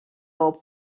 include